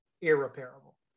irreparable